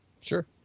sure